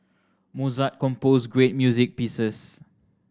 Mozart composed great music pieces